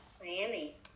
miami